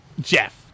Jeff